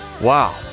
Wow